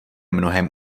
mnohem